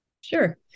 Sure